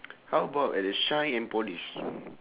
how about at the shine and polish